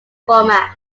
format